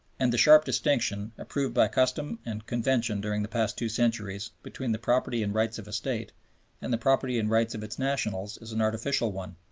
and the sharp distinction, approved by custom and convention during the past two centuries, between the property and rights of a state and the property and rights of its nationals is an artificial one,